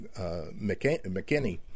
mckinney